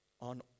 on